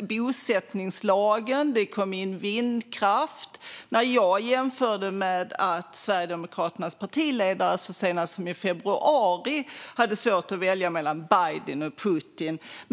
bosättningslagen och vindkraft in i lagen. Jag tog upp att Sverigedemokraternas partiledare så sent som i februari hade svårt att välja mellan Biden och Putin.